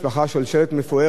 שושלת מפוארת,